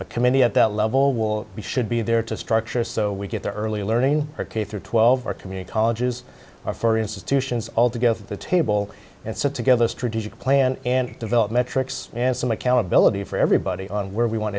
a committee at that level will be should be there to structure so we get there early learning or k through twelve for community colleges or for institutions all together at the table and sit together a strategic plan and develop metrics and some accountability for everybody on where we want